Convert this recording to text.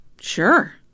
Sure